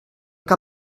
que